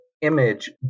image